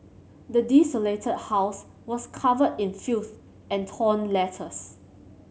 the desolated house was covered in filth and torn letters